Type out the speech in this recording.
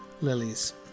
lilies